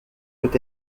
peut